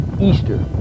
easter